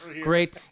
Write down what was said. great